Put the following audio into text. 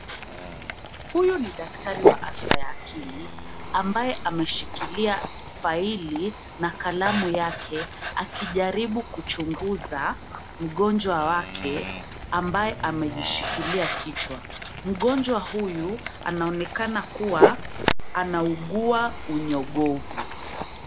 Huyu ni daktari wa afya ya akili, ambaye ameshikilia faili na kalamu yake; akijaribu kuchunguza mgonjwa wake ambaye amejishikilia kichwa. Mgonjwa huyu anaonekana kuwa anaugua unyogovu.